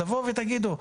תבואו ותגידו,